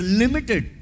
limited